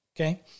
okay